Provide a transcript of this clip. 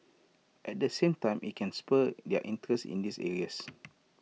at the same time IT can spur their interest in these areas